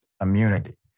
immunity